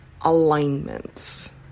alignments